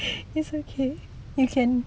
it's okay you can